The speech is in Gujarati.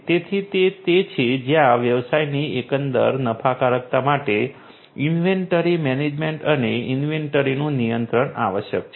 તેથી તે તે છે જ્યાં વ્યવસાયની એકંદર નફાકારકતા માટે ઇન્વેન્ટરી મેનેજમેન્ટ અને ઇન્વેન્ટરીનું નિયંત્રણ આવશ્યક છે